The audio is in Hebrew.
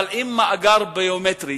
אבל עם מאגר ביומטרי,